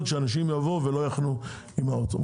שאנשים יבואו ולא יוכלו לחנות עם האוטו,